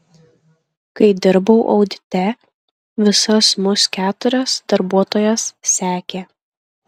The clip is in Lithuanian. kai dirbau audite visas mus keturias darbuotojas sekė